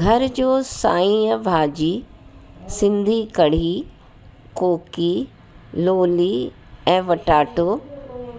घर जो साई भाॼी सिंधी कढ़ी कोकी लोली ऐं वटाटो